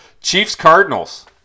Chiefs-Cardinals